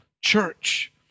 church